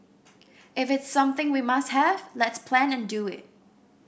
if it's something we must have let's plan and do it